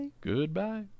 Goodbye